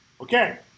Okay